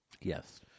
Yes